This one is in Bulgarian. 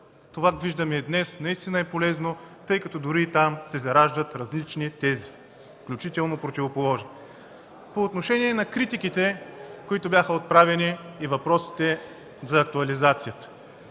Това го виждаме и днес – наистина е полезно, тъй като дори и там се зараждат различни тези, включително противоположни. По отношение на критиките, които бяха отправени, и въпросите за актуализацията.